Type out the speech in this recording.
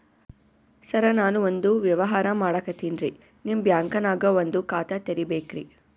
ಸರ ನಾನು ಒಂದು ವ್ಯವಹಾರ ಮಾಡಕತಿನ್ರಿ, ನಿಮ್ ಬ್ಯಾಂಕನಗ ಒಂದು ಖಾತ ತೆರಿಬೇಕ್ರಿ?